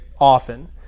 often